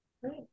Great